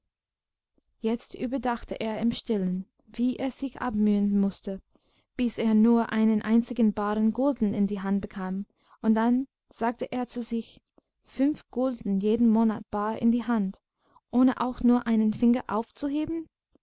jetzt überdachte er im stillen wie er sich abmühen mußte bis er nur einen einzigen baren gulden in die hand bekam und dann sagte er zu sich fünf gulden jeden monat bar in die hand ohne auch nur einen finger aufzuheben